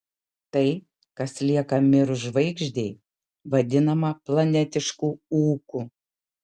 tai kas lieka mirus žvaigždei vadinama planetišku ūku